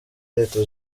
leta